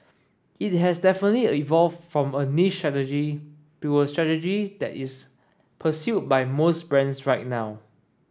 it has definitely evolved from a niche strategy to a strategy that is pursued by most brands right now